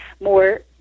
more